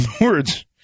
words